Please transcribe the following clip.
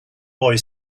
boy